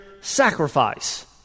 sacrifice